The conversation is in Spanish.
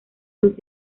luz